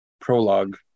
prologue